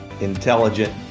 intelligent